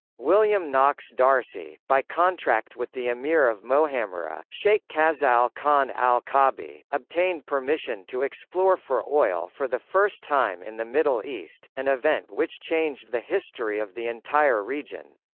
william knox d'arcy, by contract with the emir of mohammerah, sheikh khaz'al khan al-kaabi, obtained permission to explore for oil for the first time in the middle east, an event which changed the history of the entire region.